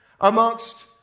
amongst